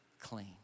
clean